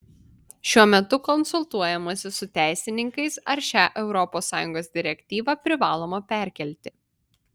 šiuo metu konsultuojamasi su teisininkais ar šią europos sąjungos direktyvą privaloma perkelti